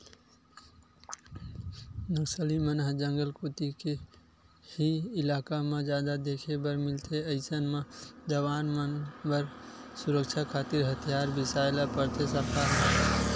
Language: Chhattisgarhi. नक्सली मन ह जंगल कोती के ही इलाका म जादा देखे बर मिलथे अइसन म जवान मन बर सुरक्छा खातिर हथियार बिसाय ल परथे सरकार ल